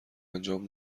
انجام